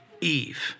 Eve